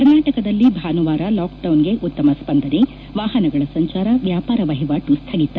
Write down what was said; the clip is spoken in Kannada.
ಕರ್ನಾಟಕದಲ್ಲಿ ಭಾನುವಾರ ಲಾಕ್ಡೌನ್ಗೆ ಉತ್ತಮ ಸ್ಪಂದನೆ ವಾಹನಗಳ ಸಂಚಾರ ವ್ಯಾಪಾರ ವಹಿವಾಟು ಸ್ಠಗಿತ